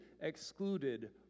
excluded